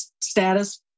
status